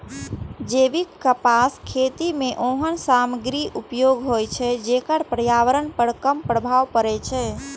जैविक कपासक खेती मे ओहन सामग्रीक उपयोग होइ छै, जेकर पर्यावरण पर कम प्रभाव पड़ै छै